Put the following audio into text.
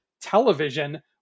television